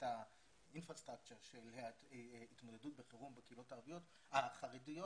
התשתיות של התמודדות בחירום בקהילות החרדיות.